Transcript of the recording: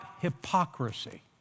hypocrisy